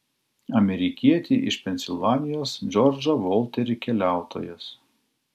amerikietį iš pensilvanijos džordžą volterį keliautojas